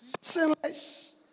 sinless